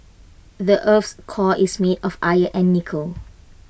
the Earth's core is made of iron and nickel